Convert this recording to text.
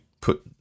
put